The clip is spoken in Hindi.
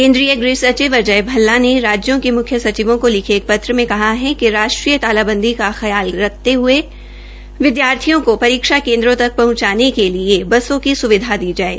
केन्द्रीय गृह सचिव अजय भल्ला ने राज्यों के मुख्य सचिवों को लिखे पत्र में कहा कि राष्ट्रीय तालाबंदी का ख्याल करते हये विद्यार्थियों को परीक्षा केन्द्रों तक पहंचाने के लिए बसों की सुविधा दी जाये